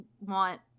want